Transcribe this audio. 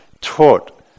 taught